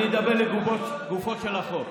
אני אדבר לגופו של החוק.